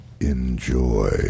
Enjoy